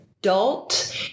adult